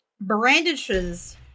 brandishes